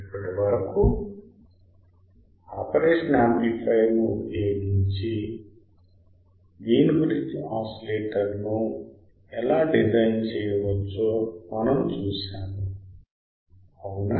ఇప్పటి వరకు operational amplifier ను ఉపయోగించి వీన్ బ్రిడ్జ్ ఓసిలేటర్ను ఎలా డిజైన్ చేయవచ్చో మనము చూశాము అవునా